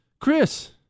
Chris